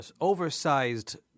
oversized